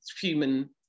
human